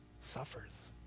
suffers